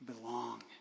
belong